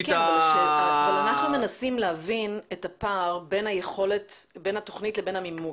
אבל אנחנו מנסים להבין את הפער בין התוכנית לבין המימוש.